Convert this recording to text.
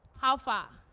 how far?